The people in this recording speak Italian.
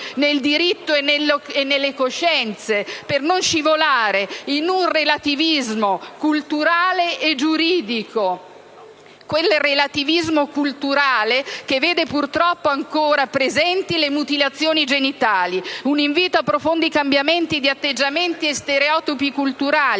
nel diritto e nelle coscienze, per non scivolare in un relativismo culturale e giuridico, quel relativismo culturale che vede, purtroppo, ancora presenti le mutilazioni genitali. Un invito a profondi cambiamenti di atteggiamenti e stereotipi culturali